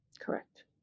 correct